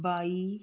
ਬਾਈ